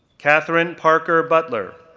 kathrine parker butler,